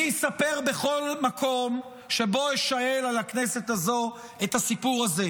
אני אספר בכל מקום שבו אישאל על הכנסת הזו את הסיפור הזה,